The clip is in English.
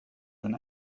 than